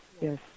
yes